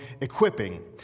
Equipping